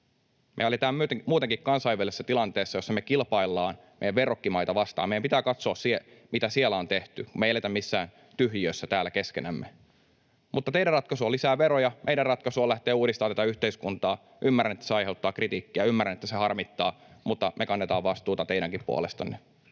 Me eletään muutenkin kansainvälisessä tilanteessa, jossa me kilpaillaan meidän verrokkimaita vastaan. Meidän pitää katsoa, mitä siellä on tehty, kun me ei eletä missään tyhjiössä täällä keskenämme. Teidän ratkaisunne on lisää veroja, meidän ratkaisumme on lähteä uudistamaan tätä yhteiskuntaa. Ymmärrän, että se aiheuttaa kritiikkiä, ymmärrän, että se harmittaa, mutta me kannetaan vastuuta teidänkin puolestanne.